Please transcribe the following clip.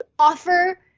Offer